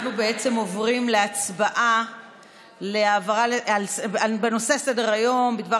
אנחנו עוברים להצבעה על ההצעה לסדר-היום בדבר